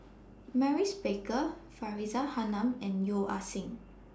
Maurice Baker Faridah Hanum and Yeo Ah Seng